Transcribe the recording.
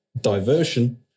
diversion